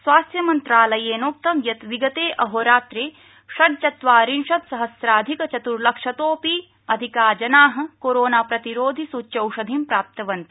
स्वास्थ्य मन्त्रालयेनोक्तम् यत् विगते अहोरात्रे षड्चत्वारिशत्सहम्राधिक चत्र्लक्षतोऽपि अधिका जना कोरोनाप्रतिरोधि सूच्यौषधिं प्राप्तवन्त